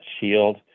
shield